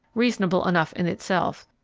reasonable enough in itself,